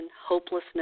hopelessness